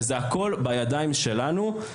זה הכל בידיים שלנו.